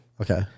Okay